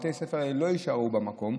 בתי הספר לא יישארו במקום.